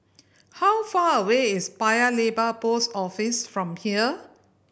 how far away is Paya Lebar Post Office from here